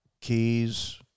Keys